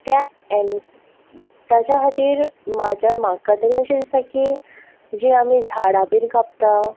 ते एन तेच्या खातीर म्हाजे म्हाका तरी अशें दिसता की जी आमी झाडां बीन कापता